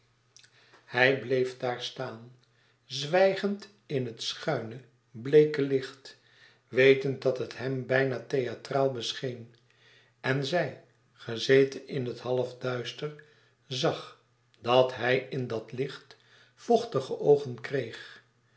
hij bleef daar staan zwijgend in het schuine bleeke licht wetend dat het hem bijna theatraal bescheen en zij gezeten in het halfduister zag dat hij in dat licht vochtige oogen kreeg